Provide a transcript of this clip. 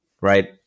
right